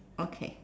okay